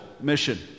mission